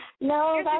No